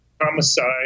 homicide